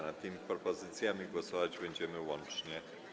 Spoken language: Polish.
Nad tymi propozycjami głosować będziemy łącznie.